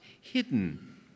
hidden